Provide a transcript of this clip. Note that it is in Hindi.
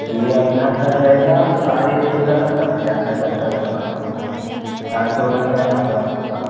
यह अपना सर रहेगा साढ़े सोलग तक का मिल मिल सकता है सर अपन को साढ़े सोलह या पन्द्रह तक का